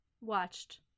watched